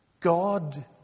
God